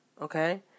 Okay